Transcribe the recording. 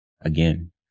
again